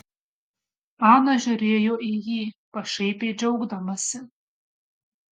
ana žiūrėjo į jį pašaipiai džiaugdamasi